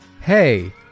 Hey